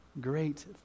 Great